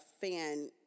fan